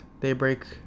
Daybreak